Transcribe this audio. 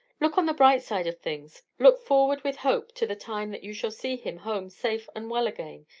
look on the bright side of things. look forward with hope to the time that you shall see him home safe and well again.